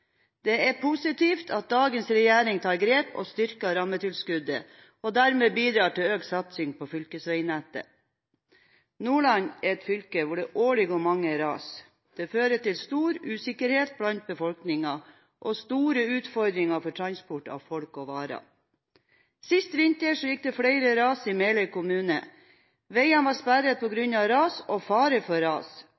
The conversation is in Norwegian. Det er positivt at dagens regjering tar grep og styrker rammetilskuddet og dermed bidrar til økt satsing på fylkesveinettet. Nordland er et fylke hvor det årlig går mange ras. Dette fører til stor usikkerhet blant befolkningen og store utfordringer for transport av folk og varer. Sist vinter gikk det flere ras i Meløy kommune. Veiene var sperret på